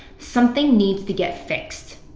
something needs to get fixed.